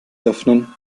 öffnen